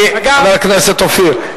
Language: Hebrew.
חבר הכנסת אופיר,